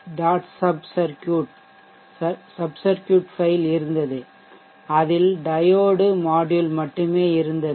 SUB subcircuit file இருந்ததுஅதில் diode module மட்டுமே இருந்தது